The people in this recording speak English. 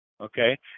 Okay